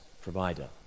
provider